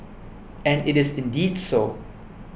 and it is indeed so